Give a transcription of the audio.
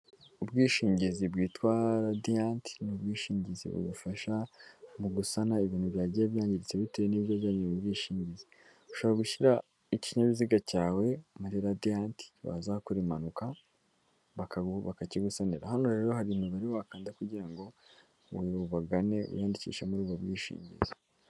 Ubwishingizi bwitwa Radiyanti, ni ubwishingizi bugufasha mu gusana ibintu byagiye byangirika bitewe n'ibibyo wajyanye mu bwishingizi, ushobora gushyira ikinyabiziga cyawe muri Radiyanti wazakora impanuka bakabigusanira, hano rero hari imibare wakanda kugira ngo umu ubagane, wiyandikishe muri ubwo bwishingizi.